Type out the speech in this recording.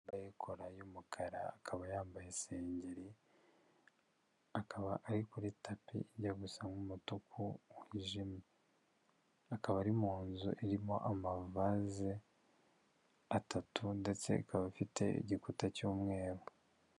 Umugore wambaye kola y'umukara akaba yambaye isengeri akaba ari kuri tapi ijya gusa umutuku wijimye akaba ari mu nzu irimo amavaze atatu ndetse akaba afite igikuta cy'umweru.